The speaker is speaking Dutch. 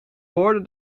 hoorde